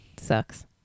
sucks